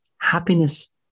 Happiness